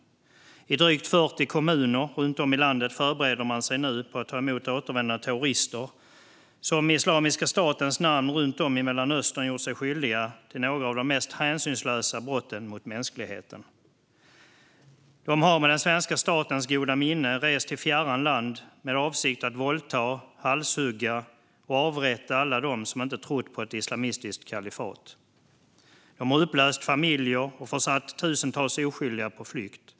I drygt 40 kommuner runt om i landet förbereder man sig nu på att ta emot återvändande terrorister som runt om i Mellanöstern gjort sig skyldiga till de mest hänsynslösa brott mot mänskligheten, i Islamiska statens namn. De har med den svenska statens goda minne rest till fjärran land med avsikt att våldta, halshugga och avrätta alla som inte tror på ett islamistiskt kalifat. De har upplöst familjer och försatt tusentals oskyldiga på flykt.